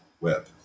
web